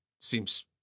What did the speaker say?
seems